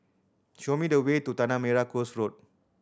show me the way to Tanah Merah Coast Road